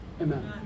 Amen